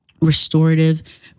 restorative